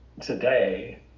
today